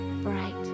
bright